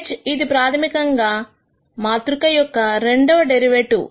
H ఇది ప్రాథమికంగా మాతృకయొక్క రెండవ డెరివేటివ్